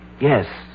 Yes